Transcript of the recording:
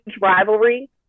rivalry